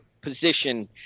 position